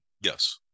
Yes